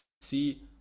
see